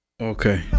Okay